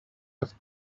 have